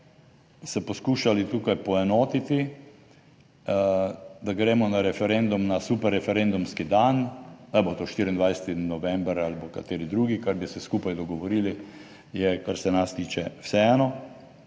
se poskušali tukaj poenotiti, da gremo na referendum na super referendumski dan, ali bo to 24. november ali bo kateri drugi, kar bi se skupaj dogovorili, je, kar se nas tiče, vseeno.